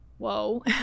whoa